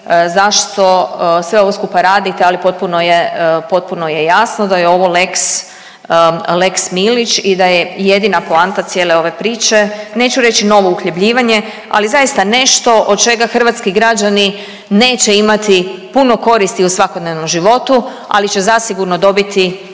zašto sve ovo skupa radite, ali potpuno je jasno da je ovo lex Milić i da je jedina poanta cijele ove priče neću reći novo uhljebljivanje, ali zaista nešto od čega hrvatski građani neće imati puno koristi u svakodnevnom životu, ali će zasigurno dobiti